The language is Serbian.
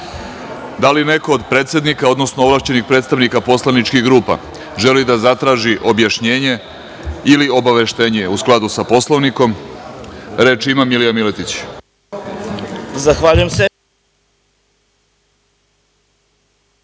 li neko od predsednika, odnosno ovlašćenih predstavnika poslaničkih grupa želi da zatraži objašnjenje ili obaveštenje u skladu sa Poslovnikom? (Da.)Reč ima narodni